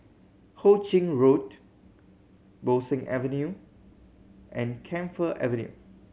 Ho Ching Road Bo Seng Avenue and Camphor Avenue